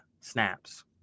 snaps